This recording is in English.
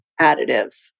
additives